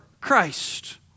Christ